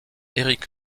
eric